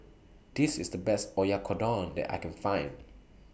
This IS The Best Oyakodon that I Can Find